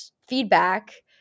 feedback